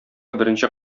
беренче